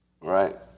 Right